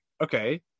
okay